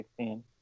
2016